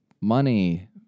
money